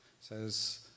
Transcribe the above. Says